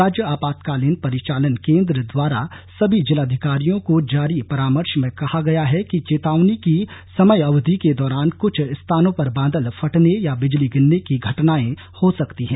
राज्य आपातकालीन परिचालन केंद्र द्वारा सभी जिलाधिकारियों को जारी परामर्श में कहा गया है कि चेतावनी की समयावधि के दौरान क्छ स्थानों पर बादल फटने या बिजली गिरने की घटनायें हो सकती हैं